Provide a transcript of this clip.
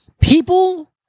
people